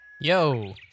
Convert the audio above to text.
Yo